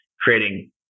creating